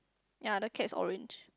ya the cat's orange